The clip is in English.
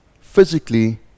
physically